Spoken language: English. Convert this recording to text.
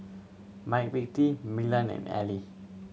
McVitie Milan and Elle